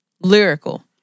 lyrical